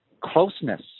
closeness